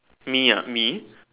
me ah me